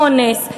אונס,